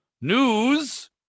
News